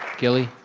gilly?